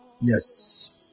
Yes